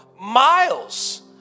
miles